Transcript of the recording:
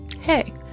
hey